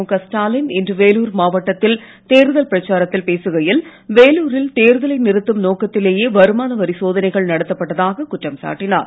முக ஸ்டாலின் இன்று வேலூர் மாவட்டத்தில் தேர்தல் பிரச்சாரத்தில் பேசுகையில் வேலூரில் தேர்தலை நிறுத்தும் நோக்கத்திலேயே வருமான வரி சோதனைகள் நடத்தப்பட்டதாக குற்றம் சாட்டினார்